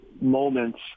moments